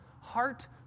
heart